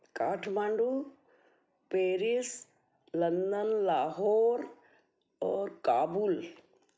Kathmandu Paris London Lahore और काबुल